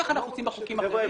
כך אנחנו עושים בחוקים אחרים.